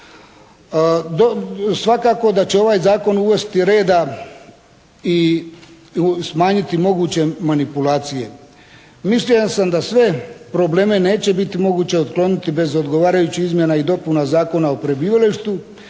Svakako da će ovaj zakon uvesti reda i smanjiti moguće manipulacije. Mišljenja sam da sve probleme neće biti moguće otkloniti bez odgovarajućih izmjena i dopuna Zakona o prebivalištu.